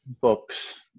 books